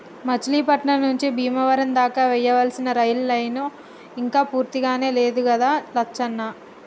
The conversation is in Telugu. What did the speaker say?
మచిలీపట్నం నుంచి బీమవరం దాకా వేయాల్సిన రైలు నైన ఇంక పూర్తికానే లేదు గదా లచ్చన్న